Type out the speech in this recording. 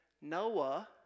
Noah